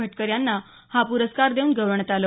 भटकर यांना हा पुरस्कार देऊन गौरवण्यात आलं